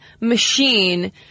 machine